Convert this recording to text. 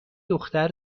دختر